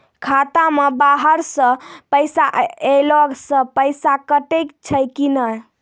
खाता मे बाहर से पैसा ऐलो से पैसा कटै छै कि नै?